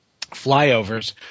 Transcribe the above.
flyovers